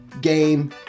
game